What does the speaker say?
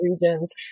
regions